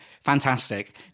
fantastic